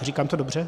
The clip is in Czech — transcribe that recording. Říkám to dobře?